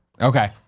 Okay